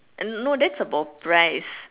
no that's about prize